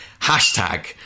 Hashtag